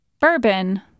Bourbon